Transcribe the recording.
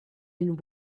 been